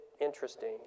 interesting